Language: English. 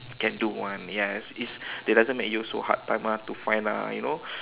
can do [one] yes it's that doesn't make you so hard time ah to find ah you know